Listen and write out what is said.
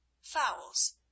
FOWLS